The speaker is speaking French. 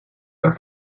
pas